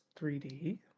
3D